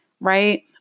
right